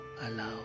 allow